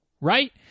Right